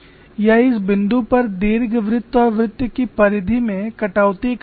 यह इस बिंदु पर दीर्घवृत्त और वृत्त की परिधि में कटौती करता है